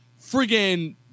friggin